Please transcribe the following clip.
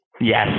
Yes